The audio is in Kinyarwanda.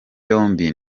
yombi